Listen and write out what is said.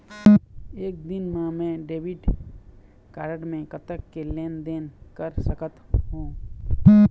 एक दिन मा मैं डेबिट कारड मे कतक के लेन देन कर सकत हो?